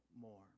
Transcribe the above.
more